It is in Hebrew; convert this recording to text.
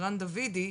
ערן דוידי,